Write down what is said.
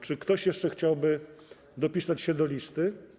Czy ktoś jeszcze chciałby dopisać się do listy?